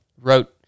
wrote